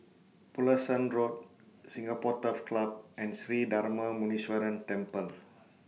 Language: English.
Pulasan Road Singapore Turf Club and Sri Darma Muneeswaran Temple